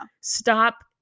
Stop